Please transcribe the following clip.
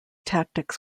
tactics